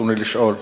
רצוני לשאול: